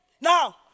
Now